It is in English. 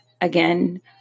Again